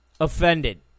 offended